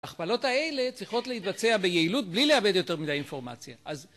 הכפלות האלה צריכות להתבצע ביעילות בלי לאבד יותר מדי אינפורמציה אז